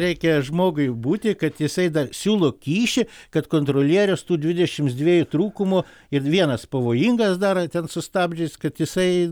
reikia žmogui būti kad jisai dar siūlo kyšį kad kontrolierius tų dvidešimts dviejų trūkumų ir vienas pavojingas dar ten su stabdžiais kad jisai